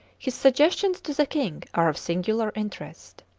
his suggestions to the king are of singular interest.